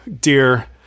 dear